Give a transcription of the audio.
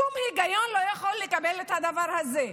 שום היגיון לא יכול לקבל את הדבר הזה.